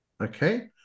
Okay